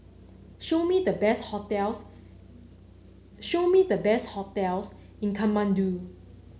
show me the best hotels show me the best hotels in Kathmandu